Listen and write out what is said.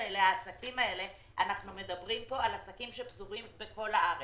עסקים שפזורים בכל הארץ.